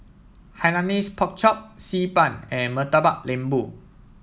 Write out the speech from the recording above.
Hainanese Pork Chop Xi Ban and Murtabak Lembu